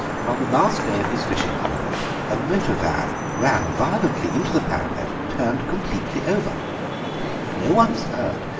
and on the last day of his fishing holiday a motor van ran violently into the parapet and turned completely over no one was hurt,